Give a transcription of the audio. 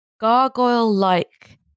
gargoyle-like